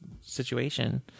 situation